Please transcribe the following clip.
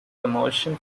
promotion